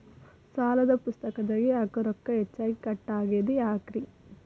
ಸಾಲದ ಪುಸ್ತಕದಾಗ ಯಾಕೊ ರೊಕ್ಕ ಹೆಚ್ಚಿಗಿ ಕಟ್ ಆಗೆದ ಯಾಕ್ರಿ?